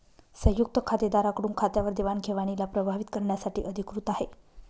संयुक्त खातेदारा कडून खात्यावर देवाणघेवणीला प्रभावीत करण्यासाठी अधिकृत आहे